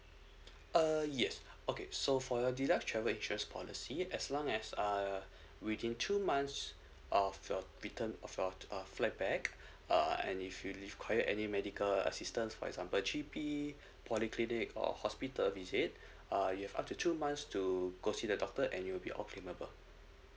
uh yes okay so for your deluxe travel insurance policy as long as err within two months of your return of your uh flight back uh and if you required any medical assistance for example three P polyclinic or hospital visit uh if you're up to two months to go see the doctor and you will be all claimable